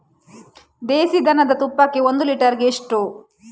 ದೇಸಿ ದನದ ತುಪ್ಪಕ್ಕೆ ಒಂದು ಲೀಟರ್ಗೆ ಎಷ್ಟು?